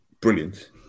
brilliant